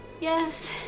Yes